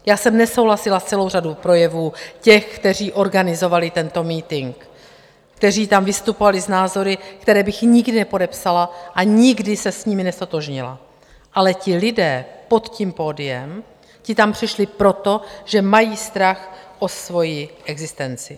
Já jsem nesouhlasila s celou řadou projevů těch, kteří organizovali tento mítink, kteří tam vystupovali s názory, které bych nikdy nepodepsala a nikdy se s nimi neztotožnila, ale ti lidé pod pódiem, ti tam přišli proto, že mají strach o svoji existenci.